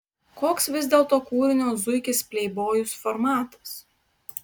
koks vis dėlto kūrinio zuikis pleibojus formatas